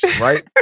right